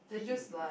he is a